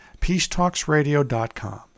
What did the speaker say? peacetalksradio.com